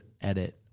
edit